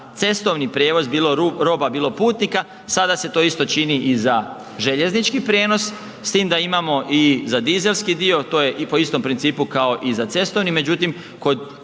cestovni prijevoz bilo roba, bilo putnika, sada se to isto čini i za željeznički prijenos, s tim da imamo i za dizelski dio, to je i po istom principu kao i za cestovni, međutim,